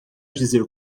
dizer